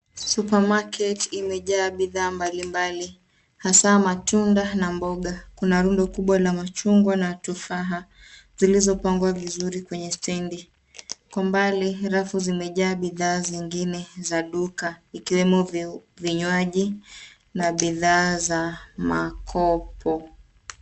Supermarket imejaa bidhaa mbalimbali hasa matunda na mboga. Kuna rundo lubwa la machungwa na tufaha zilizopangwa vizuri kwenye stendi. Kwa mbali, rafu zimejaa bidhaa zingine za duka ikiwemo vinywaji na bidhaa za makopo.